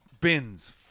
bins